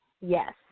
Yes